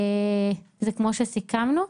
זה כמו שסיכמנו?